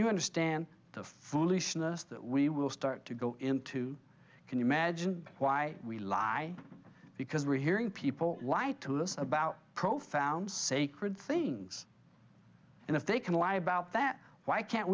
you understand the foolishness that we will start to go into can you imagine why we lie because we're hearing people lie to listen about profound sacred things and if they can lie about that why can't